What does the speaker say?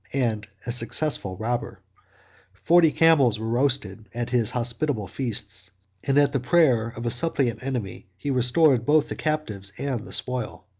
and a successful robber forty camels were roasted at his hospitable feast and at the prayer of a suppliant enemy he restored both the captives and the spoil.